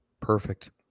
Perfect